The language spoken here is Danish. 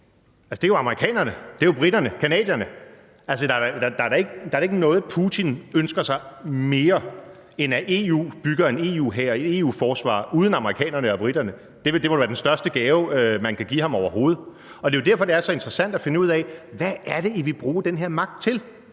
Det er amerikanerne, briterne, canadierne. Der er da ikke noget, Putin ønsker sig mere, end at EU bygger en EU-hær, et EU-forsvar, uden amerikanerne og briterne. Det må da være den største gave, man kan give ham overhovedet. Det er jo derfor, det er så interessant at finde ud af, hvad det er, I vil bruge den her magt til.